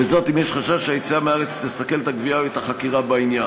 וזאת אם יש חשש שהיציאה מהארץ תסכל את הגבייה או את החקירה בעניין.